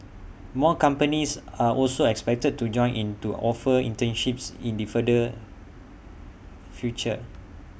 more companies are also expected to join in to offer internships in the further future